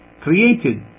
created